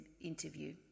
interview